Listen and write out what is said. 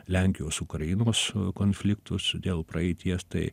lenkijos ukrainos konfliktus dėl praeities tai